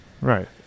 right